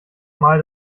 mal